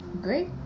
great